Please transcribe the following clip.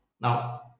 Now